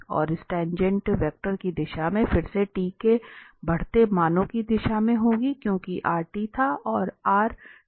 और इस टाँगेँट वेक्टर की दिशा फिर से t के बढ़ते मानों की दिशा में होगी क्योंकि यह था और यह था